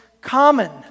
common